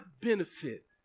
benefit